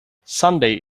sunday